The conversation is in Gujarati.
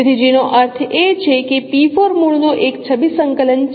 તેથી જેનો અર્થ એ છે કે મૂળનો એક છબી સંકલન છે